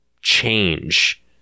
change